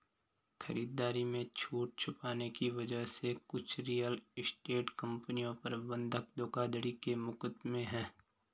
खरीदारी में छूट छुपाने की वजह से कुछ रियल एस्टेट कंपनियों पर बंधक धोखाधड़ी के मुकदमे हैं